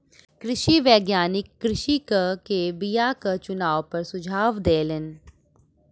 कृषि वैज्ञानिक कृषक के बीयाक चुनाव पर सुझाव देलैन